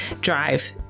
drive